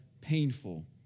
painful